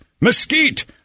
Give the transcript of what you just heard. mesquite